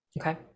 Okay